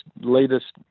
latest